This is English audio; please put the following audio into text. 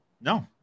no